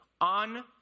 on